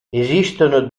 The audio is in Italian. esistono